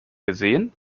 gesehen